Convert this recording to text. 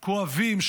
כואבים,